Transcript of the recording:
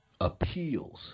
appeals